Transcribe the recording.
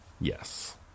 Yes